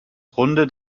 runde